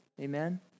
Amen